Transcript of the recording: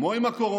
כמו עם הקורונה,